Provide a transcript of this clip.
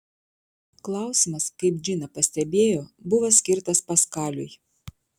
klausimas kaip džina pastebėjo buvo skirtas paskaliui